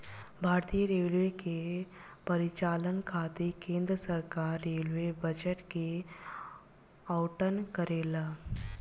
भारतीय रेलवे के परिचालन खातिर केंद्र सरकार रेलवे बजट के आवंटन करेला